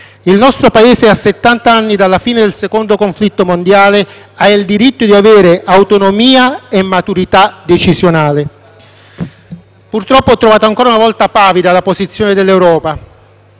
Il nostro Paese, a settanta anni dalla fine della Seconda guerra mondiale, ha il diritto di avere autonomia e maturità decisionale. Purtroppo, ho trovato ancora una volta pavida la posizione dell'Europa.